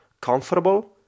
comfortable